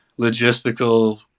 logistical